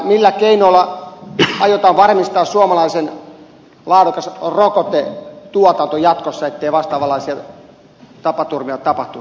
millä keinoilla aiotaan varmistaa suomalainen laadukas rokotetuotanto jatkossa ettei vastaavanlaisia tapaturmia tapahtuisi